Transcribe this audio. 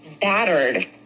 battered